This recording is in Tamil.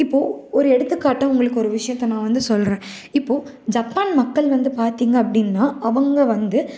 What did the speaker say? இப்போது ஒரு எடுத்துக்காட்டாக உங்களுக்கு ஒரு விஷயத்த நான் வந்து சொல்கிறேன் இப்போது ஜப்பான் மக்கள் வந்து பார்த்திங்க அப்படின்னா அவங்க வந்து